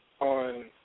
on